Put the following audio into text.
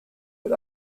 but